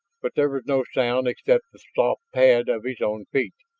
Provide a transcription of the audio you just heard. but there was no sound except the soft pad of his own feet.